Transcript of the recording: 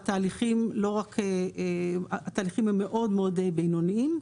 שהתהליכים לא רק, התהליכים הם מאוד-מאוד בינוניים.